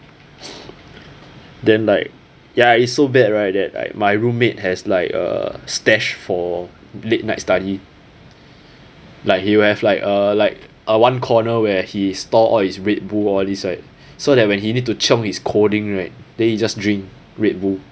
then like ya it's so bad right that I my roommate has like a stash for late night study like he would have like a like a one corner where he store all his red bull all these right so that when he need to chiong his coding right then he just drink red bull